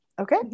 Okay